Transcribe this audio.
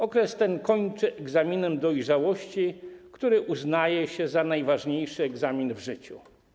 Okres ten kończy egzaminem dojrzałości, który uznaje się za najważniejszy egzamin w życiu.